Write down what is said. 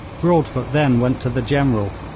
broadfoot then went to the general.